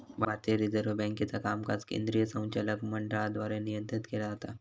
भारतीय रिझर्व्ह बँकेचा कामकाज केंद्रीय संचालक मंडळाद्वारे नियंत्रित केला जाता